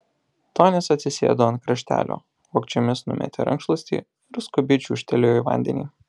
tonis atsisėdo ant kraštelio vogčiomis numetė rankšluostį ir skubiai čiūžtelėjo į vandenį